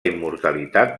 immortalitat